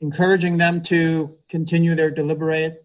encouraging them to continue their deliberate